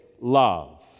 love